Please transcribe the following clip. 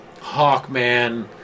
Hawkman